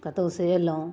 कतौसँ अयलहुँ